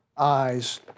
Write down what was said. eyes